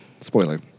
Spoiler